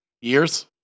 years